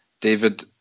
David